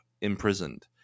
imprisoned